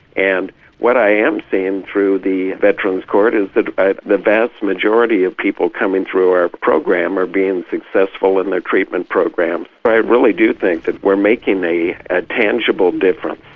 and what i am seeing through the veterans' court is that the vast majority of people coming through our program are being successful in their treatment program. i really do think that we're making a tangible difference.